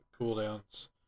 cooldowns